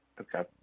Okay